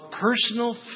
personal